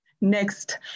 next